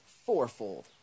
fourfold